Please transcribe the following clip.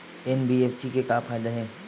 NBFC से का फ़ायदा हे?